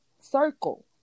circle